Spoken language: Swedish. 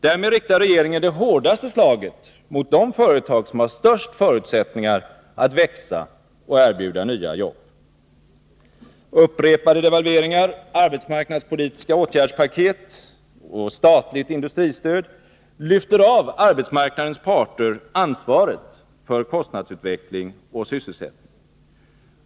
Därmed riktar regeringen det hårdaste slaget mot de företag som har de största förutsättningarna att växa och erbjuda nya jobb. Upprepade devalveringar, arbetsmarknadspolitiska åtgärdspaket och statligt industristöd lyfter av arbetsmarknadens parter ansvaret för kostnadsutveckling och sysselsättning.